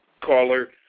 caller